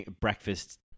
breakfast